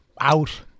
out